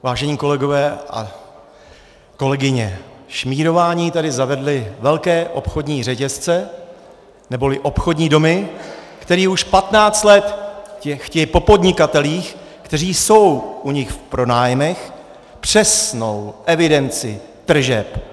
Vážení kolegové a kolegyně, šmírování tady zavedly velké obchodní řetězce neboli obchodní domy, které už 15 let chtějí po podnikatelích, kteří jsou u nich v pronájmech, přesnou evidenci tržeb.